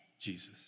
Jesus